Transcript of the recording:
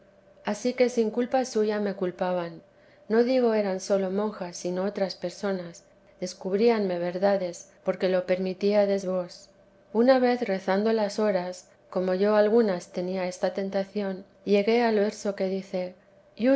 ansí que sin culpa suya me culpaban no digo eran sólo monjas sino otras personas descubríanme verdades porque lo permitíades vos una vez rezando las horas como yo algunas tenía esta tentación llegué al verso que dice